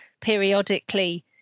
periodically